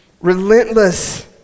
relentless